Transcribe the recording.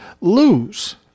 lose